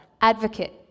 advocate